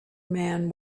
man